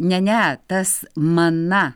ne ne tas mana